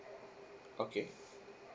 okay